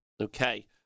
Okay